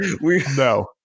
no